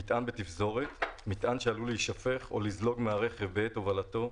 ""מטען בתפזורת" מטען שעלול להישפך או לזלוג מהרכב בעת הובלתו,